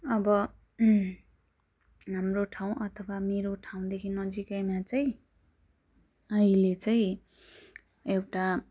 अब हाम्रो ठाउँ अथवा मेरो ठाउँदेखि नजिकैमा चाहिँ अहिले चाहिँ एउटा